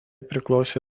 priklausė